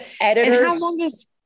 editors